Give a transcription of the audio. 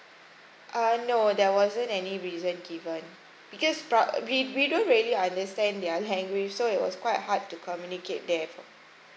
uh no there wasn't any reason given because pro~ we we don't really understand their language so it was quite hard to communicate there